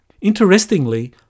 Interestingly